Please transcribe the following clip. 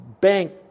bank